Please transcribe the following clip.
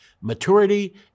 Maturity